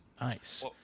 Nice